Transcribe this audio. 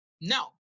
No